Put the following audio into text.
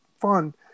fun